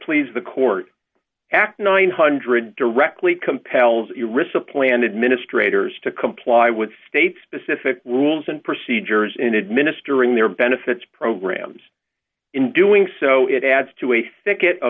please the court act nine hundred directly compels you receive planned administrators to comply with state specific rules and procedures in administering their benefits programs in doing so it adds to a